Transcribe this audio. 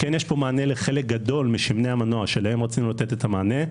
כן יש פה מענה לחלק גדול משמני המנוע שלהם רצינו לתת את המענה.